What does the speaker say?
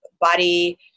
body